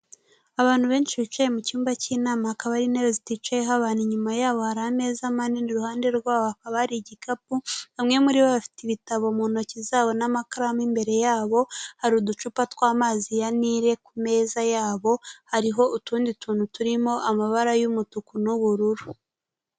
Abantu benshi bicaye mu cyumba cy'inama, hakaba hari intebe ziticayeho abantu, inyuma yabo hari ameza manini, iruhande rwabo hakaba hari igikapu, bamwe muri bo bafite ibitabo mu ntoki zabo n'amakaramu imbere yabo, hari uducupa tw'amazi ya Nile ku meza yabo, hariho utundi tuntu turimo amabara y'umutuku n'ubururu.